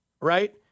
right